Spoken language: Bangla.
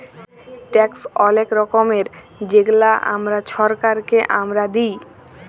ট্যাক্স অলেক রকমের যেগলা আমরা ছরকারকে আমরা দিঁই